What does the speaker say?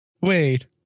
wait